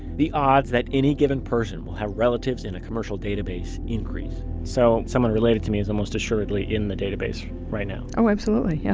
the odds that any given person will have relatives in a commercial database increase wow. so someone related to me is almost assuredly in the database right now? oh absolutely. yeah